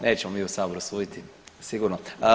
Nećemo mi u saboru suditi, sigurno